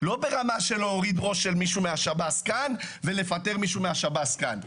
לא ברמה של להוריד ראש למישהו מהשב"ס כאן ולפטר מישהו מהשב"ס כאן,